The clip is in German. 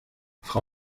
frau